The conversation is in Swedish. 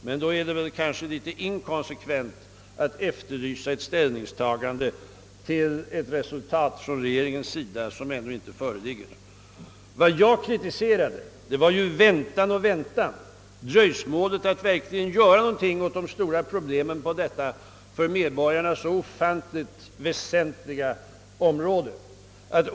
Men det är kanske något inkonsekvent att efterlysa ett ställningstagande till ett resultat som ännu inte föreligger. Vad jag kritiserade var dröjsmålet med att verkligen göra något på detta för medborgarna så väsentliga område.